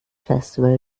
festival